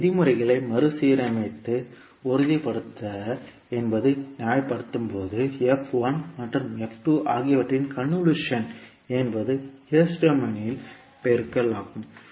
நீங்கள் விதிமுறைகளை மறுசீரமைத்து உறுதிப்படுத்தல் என்பது நியாயப்படுத்தும்போது f1 மற்றும் f2 ஆகியவற்றின் கன்வொல்யூஷன் என்பது S டொமைனில் பெருக்கல் ஆகும்